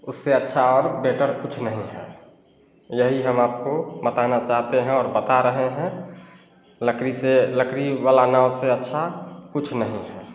उससे अच्छा और बेटर कुछ नहीं है यही हम आपको बताना चाहते हैं और बता रहे हैं लकड़ी से लकरी वाला नाव से अच्छा कुछ नही है